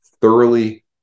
thoroughly